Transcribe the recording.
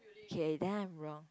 okay then I'm wrong